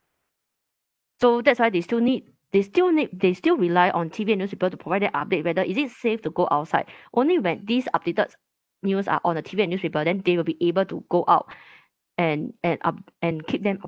so that's why they still need they still need they still rely on T_V and newspaper to provide them update whether is it safe to go outside only when these updated news are on a T_V and newspaper then they will be able to go out and and up and keep them